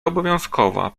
obowiązkowa